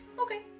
Okay